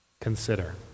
Consider